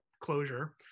closure